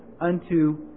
unto